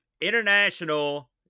International